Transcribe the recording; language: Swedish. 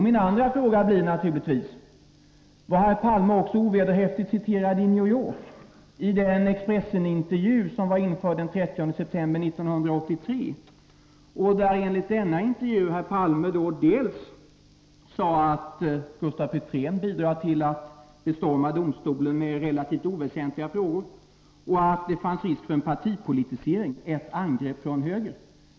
Min andra fråga blir naturligtvis: Var herr Palme också ovederhäftigt citerad i New York, i den Expressenintervju som var införd den 30 september 1983? Enligt denna intervju sade herr Palme dels att Gustaf Petrén bidrar till att bestorma domstolen med relativt oväsentliga frågor, dels att det finns risk för en partipolitisering, ett angrepp från höger.